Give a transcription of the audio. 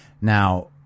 Now